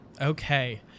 Okay